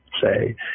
say